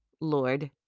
Lord